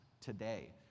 Today